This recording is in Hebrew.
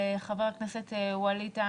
חבר הכנסת ווליד טאהא,